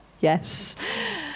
Yes